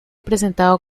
presentado